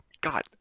God